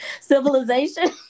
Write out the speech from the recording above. Civilization